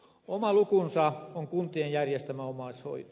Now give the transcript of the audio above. oma lukunsa on kuntien järjestämä omaishoito